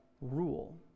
rule